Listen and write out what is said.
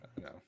no